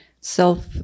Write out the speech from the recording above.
self